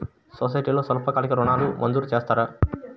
సొసైటీలో స్వల్పకాలిక ఋణాలు మంజూరు చేస్తారా?